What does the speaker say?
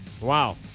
Wow